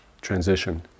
transition